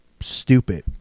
Stupid